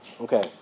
Okay